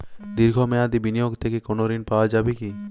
দীর্ঘ মেয়াদি বিনিয়োগ থেকে কোনো ঋন পাওয়া যাবে কী?